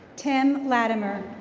tim vladimir.